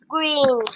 Green